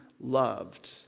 loved